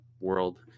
world